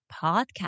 Podcast